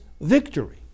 victory